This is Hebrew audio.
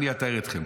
אני אטהר אתכם.